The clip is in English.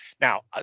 Now